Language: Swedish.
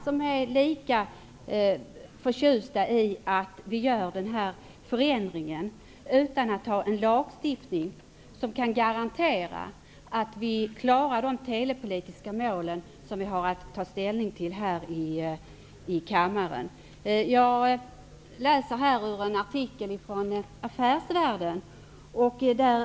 Herr talman! I vårt tidigare replikskifte talade Jan Sandberg om att köpa grisen i säcken. De är just vad jag tycker att den borgerliga majoriteten gör. I det här förslaget finns inte någon som helst konsekvensanalys om vad som kommer att hända med telemarknaden i framtiden med tanke på det förslag som vi i dag skall ta ställning till. Det är inte alla som är lika förtjusta i att denna ändring görs utan att det finns en lagstiftning som kan garantera att vi klarar de telepolitiska mål vi har att ta ställning till i kammaren.